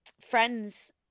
friends